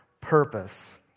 purpose